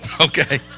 Okay